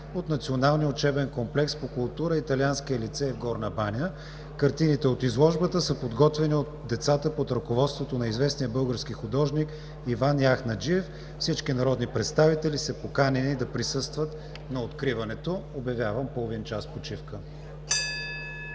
от Националния учебен комплекс по култура – Италианския лицей в Горна Баня. Картините от изложбата са подготвени от децата под ръководството на известния български художник Иван Яхнаджиев. Всички народни представители са поканени да присъстват на откриването. Обявявам половин час почивка.